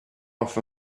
off